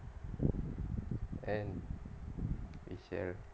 and he's there